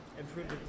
improved